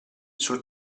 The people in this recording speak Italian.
sul